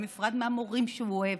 נפרד מהמורים שהוא אוהב,